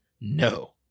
no